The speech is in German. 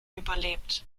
überlebt